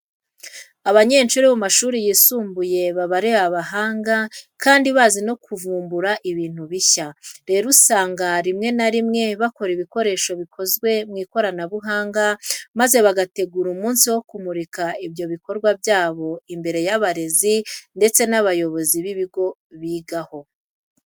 Abanyeshuri bo mu mashuri yisumbuye baba ari abahanga kandi bazi no kuvumbura ibintu bishya. Rero usanga rimwe na rimwe bakora ibikoresho bikozwe mu ikoranabuhanga maze bagategura umunsi wo kumurika ibyo bikorwa byabo imbere y'abarezi ndetse n'abayobozi b'ibigo bigaho.